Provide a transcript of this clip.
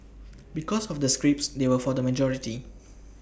because of the scripts they were for the majority